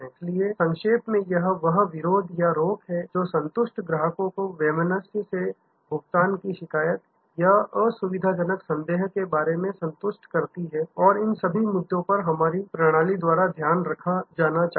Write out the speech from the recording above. इसलिए संक्षेप में यह वह विरोध या रोक है जो संतुष्ट ग्राहकों को वैमनस्य से भुगतान की शिकायत या असुविधाजनक संदेह के बारे में संतुष्ट करती है और इन सभी मुद्दों पर हमारी प्रणाली द्वारा ध्यान रखना चाहिए